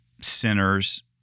sinners